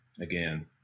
again